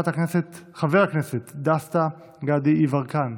חבר הכנסת דסטה גדי יברקן,